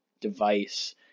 device